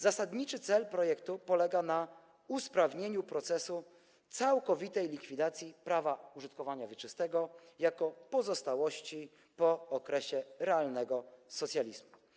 Zasadniczy cel projektu polega na usprawnieniu procesu całkowitej likwidacji prawa użytkowania wieczystego jako pozostałości po okresie realnego socjalizmu.